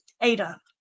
Ada